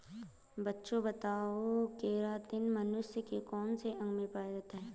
बच्चों बताओ केरातिन मनुष्य के कौन से अंग में पाया जाता है?